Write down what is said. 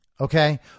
okay